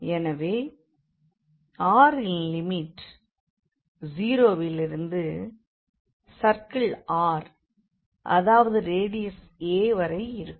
எனவே r ன் limit 0 விலிருந்து சர்க்கிள் r அதாவது ரேடியஸ் a வரை இருக்கும்